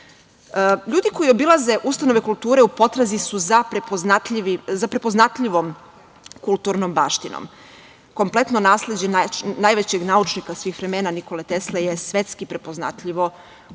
Ljudi koji obilaze ustanove kulture u potrazi su za prepoznatljivom kulturnom baštinom. Kompletno nasleđe najvećeg naučnika svih vremena Nikole Tesle je svetski prepoznatljivo kulturno